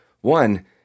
One